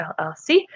LLC